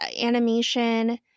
animation